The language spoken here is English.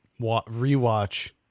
rewatch